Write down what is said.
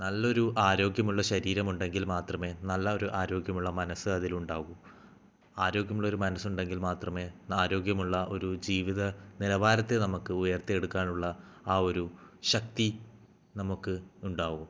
നല്ലൊരു ആരോഗ്യമുള്ള ശരീരം ഉണ്ടെങ്കിൽ മാത്രമേ നല്ലൊരു ആരോഗ്യമുള്ള മനസ്സ് അതിൽ ഉണ്ടാകൂ ആരോഗ്യമുള്ള ഒരു മനസ്സുണ്ടെങ്കിൽ മാത്രമേ ആരോഗ്യമുള്ള ഒരു ജീവിത നിലവാരത്തെ നമുക്ക് ഉയർത്തി എടുക്കാനുള്ള ആ ഒരു ശക്തി നമുക്ക് ഉണ്ടാകൂ